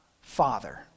Father